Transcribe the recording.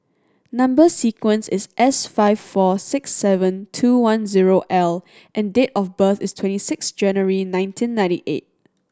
number sequence is S five four six seven two one zero L and date of birth is twenty six January nineteen ninety eight